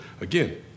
Again